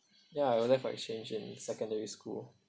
ya I left for exchange in secondary school